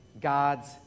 God's